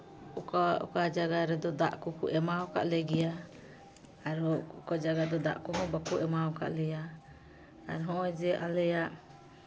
ᱚᱠᱟ ᱚᱠᱟ ᱡᱟᱭᱜᱟ ᱨᱮᱫᱚ ᱫᱟᱜ ᱠᱚᱠᱚ ᱮᱢᱟᱣᱟᱠᱟᱫ ᱞᱮᱜᱮᱭᱟ ᱟᱨᱦᱚᱸ ᱚᱠᱟ ᱡᱟᱭᱜᱟ ᱨᱮᱫᱚ ᱫᱟᱜ ᱠᱚᱦᱚᱸ ᱵᱟᱠᱚ ᱮᱢᱟᱣᱠᱟᱫ ᱞᱮᱭᱟ ᱟᱨ ᱦᱚᱸᱜᱼᱚᱭ ᱡᱮ ᱟᱞᱮᱭᱟᱜ